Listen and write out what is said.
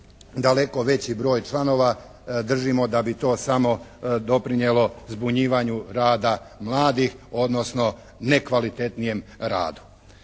daleko veći broj članova. Držimo da bi to samo doprinijelo zbunjivanju rada mladih odnosno nekvalitetnijem radu.